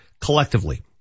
collectively